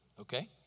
Okay